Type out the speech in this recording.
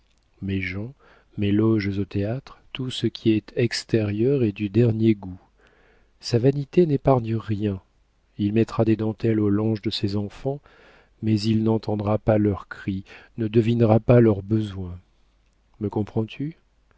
mes gens mes loges au théâtre tout ce qui est extérieur est du dernier goût sa vanité n'épargne rien il mettra des dentelles aux langes de ses enfants mais il n'entendra pas leurs cris ne devinera pas leurs besoins me comprends-tu